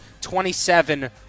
27